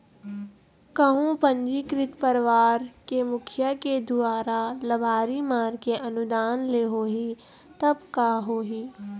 कहूँ पंजीकृत परवार के मुखिया के दुवारा लबारी मार के अनुदान ले होही तब का होही?